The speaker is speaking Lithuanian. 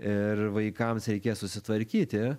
ir vaikams reikės susitvarkyti